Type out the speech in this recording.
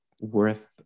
worth